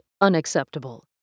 unacceptable